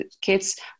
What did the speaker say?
kids